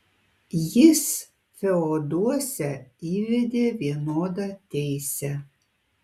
jis feoduose įvedė vienodą teisę